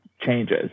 changes